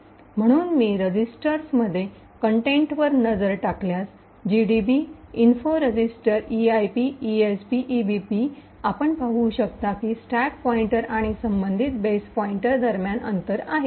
म्हणून मी रजिस्टर्समधील कन्टेनटवर नजर टाकल्यास gdb info registers eip esp ebp आपण पाहू शकता की स्टॅक पॉईंटर आणि संबंधित बेस पॉईंटर दरम्यान अंतर आहे